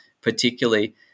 particularly